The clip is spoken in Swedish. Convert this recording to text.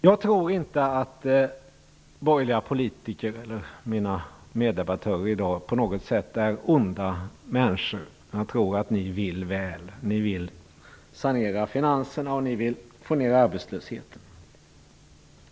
Jag tror inte att borgerliga politiker eller mina meddebattörer i dag på något sätt är onda människor. Jag tror att ni vill väl, ni vill sanera finanserna och få ner arbetslösheten.